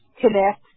connect